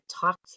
talk